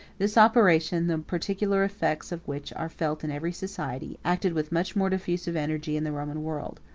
this operation, the particular effects of which are felt in every society, acted with much more diffusive energy in the roman world.